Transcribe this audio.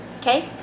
Okay